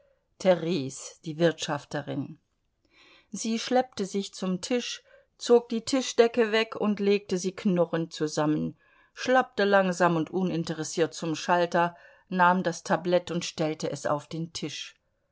theres die wirtschafterin sie schleppte sich zum tisch zog die tischdecke weg und legte sie knurrend zusammen schlappte langsam und uninteressiert zum schalter nahm das tablett und stellte es auf den tisch